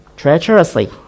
Treacherously